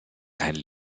keinen